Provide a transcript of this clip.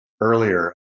earlier